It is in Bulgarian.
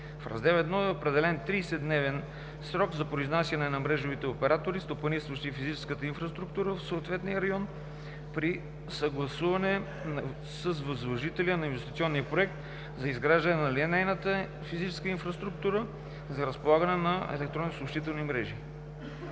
В Раздел I е определен 30-дневен срок за произнасяне на мрежовите оператори, стопанисващи физическата инфраструктура в съответния район, при съгласуване с възложителя на инвестиционния проект за изграждане на линейната физическа инфраструктура за разполагане на електронни съобщителни мрежи.